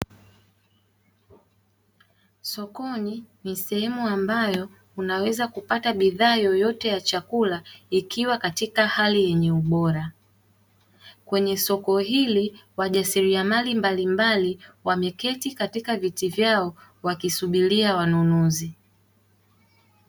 Sokoni ni sehemu ambayo unaweza kupata bidhaa yoyote ya chakula, ikiwa katika hali yenye ubora. Kwenye soko hili wajasiriamali mbalimbali wameketi katika viti vyao wakisubiria wanunuzi.